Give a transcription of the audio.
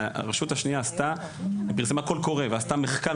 הרשות השנייה פרסמה קול קורא ועשתה מחקר